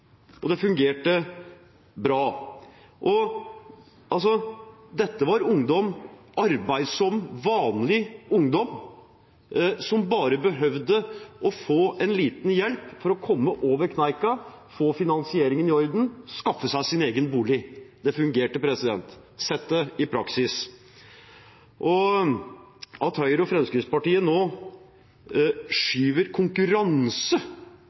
meningen. Det fungerte bra. Dette var arbeidsom og vanlig ungdom som bare behøvde å få litt hjelp til å komme seg over kneika, få finansieringen i orden og skaffe seg sin egen bolig. Det fungerte – jeg har sett det i praksis. Høyre og Fremskrittspartiet skyver nå konkurranse